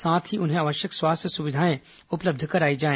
साथ ही उन्हें आवश्यक स्वास्थ्य सुविधाएं उपलब्ध कराई जाए